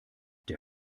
der